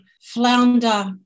flounder